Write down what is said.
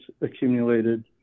accumulated